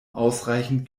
ausreichend